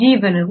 ಜೀವನದ